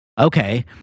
okay